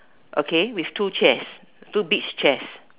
okay with two chairs two beach chairs